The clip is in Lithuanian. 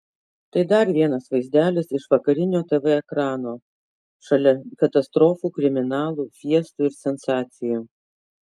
tai dar vienas vaizdelis iš vakarinio tv ekrano šalia katastrofų kriminalų fiestų ir sensacijų